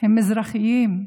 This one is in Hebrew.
הם מזרחים,